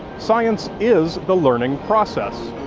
science is the learning process.